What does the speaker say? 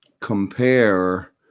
compare